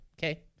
okay